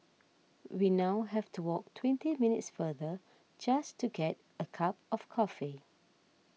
we now have to walk twenty minutes farther just to get a cup of coffee